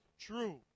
true